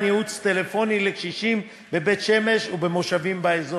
ייעוץ טלפוני לקשישים בבית-שמש ובמושבים באזור,